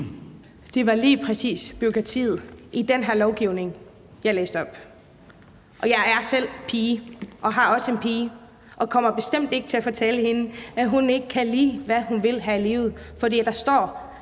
Det var lige præcis bureaukratiet i den her lovgivning, jeg læste op. Jeg er selv pige og har også en pige og kommer bestemt ikke til at fortælle hende, at hun ikke kan, lige hvad hun vil her i livet, fordi der står